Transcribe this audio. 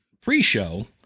pre-show